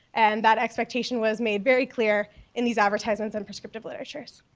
and that expectation was made very clear in these advertisements and prescriptive literatures.